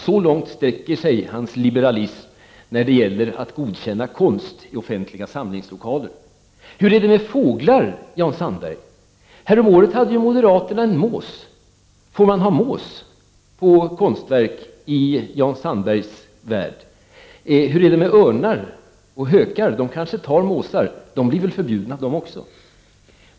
Så långt sträcker sig Jan Sandbergs liberalism när det gäller att godkänna konst i offentliga samlingslokaler. Hur är det med fåglar? Häromåret hade moderaterna en mås som symbol. Får man ha en mås på konstverk i Jan Sandbergs värld? Hur är det med örnar och hökar — de kanske tar måsar —, blir de också förbjudna?